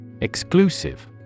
Exclusive